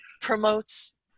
promotes